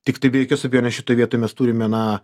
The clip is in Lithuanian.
tiktai be jokios abejonės šitoj vietoj mes turime na